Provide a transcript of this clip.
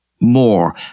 more